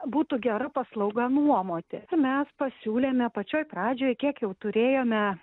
būtų gera paslauga nuomoti mes pasiūlėme pačioj pradžioj kiek jau turėjome